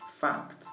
fact